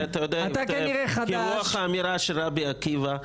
הרי אתה יודע כרוח האמירה של רבי עקיבא,